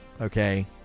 okay